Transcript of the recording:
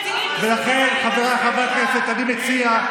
ולכן, חבריי חברי הכנסת, אני מציע,